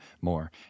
more